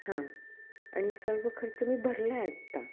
हां आणि सर्व खर्च मी भरला आहे आत्ता